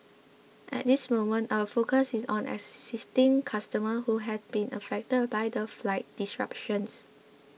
at this moment our focus is on assisting customers who have been affected by the flight disruptions